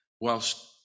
whilst